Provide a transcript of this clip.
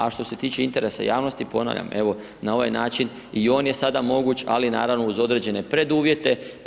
A što se tiče interesa javnosti, ponavljam, evo, na ovaj način i on je sada moguć, ali naravno, uz određene preduvjete.